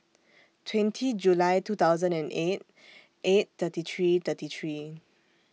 twenty July two thousand and eight eight thirty three thirty three